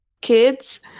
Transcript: kids